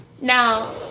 Now